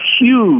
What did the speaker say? huge